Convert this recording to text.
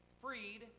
freed